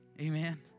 Amen